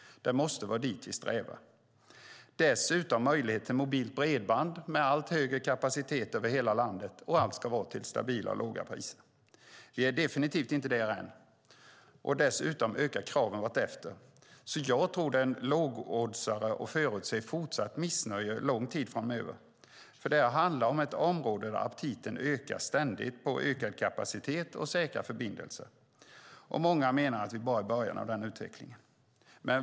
Vi måste sträva efter det och efter möjlighet till mobilt bredband med allt högre kapacitet över hela landet. Allt detta ska också vara till stabila och låga priser. Vi är definitivt inte där än. Dessutom ökar kraven vartefter. Jag tror alltså att det är en lågoddsare att förutse fortsatt missnöje under lång tid framöver. Det handlar nämligen om ett område där aptiten på ökad kapacitet och säkra förbindelser ständigt ökar. Många menar att vi bara är i början av utvecklingen.